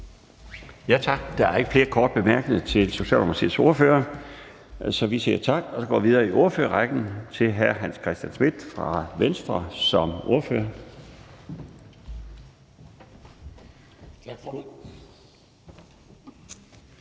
Tak. Der er ikke flere korte bemærkninger til Socialdemokratiets ordfører. Så vi siger tak og går videre i ordførerrækken til hr. Hans Christian Schmidt fra Venstre. Kl.